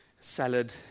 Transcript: salad